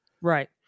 right